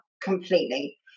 completely